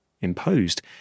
imposed